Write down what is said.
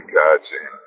catching